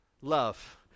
Love